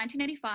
1985